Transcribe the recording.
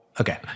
Okay